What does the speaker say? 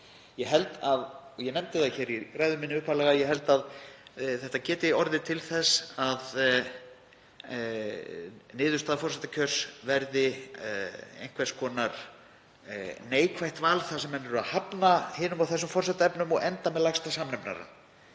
Ég held, og ég nefndi það í ræðu minni upphaflega, að þetta geti orðið til þess að niðurstaða forsetakjörs verði einhvers konar neikvætt val þar sem menn eru að hafna hinum og þessum forsetaefnum og enda með lægsta samnefnara,